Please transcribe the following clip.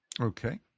okay